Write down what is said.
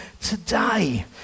today